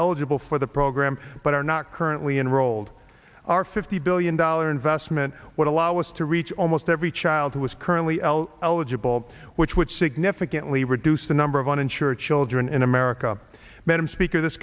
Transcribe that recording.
eligible for the program but are not currently enrolled our fifty billion dollar investment would allow us to reach almost every child who is currently el eligible which would significantly reduce the number of uninsured children in america madam speaker this